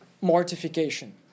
mortification